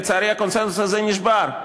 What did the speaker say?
לצערי הקונסנזוס הזה נשבר.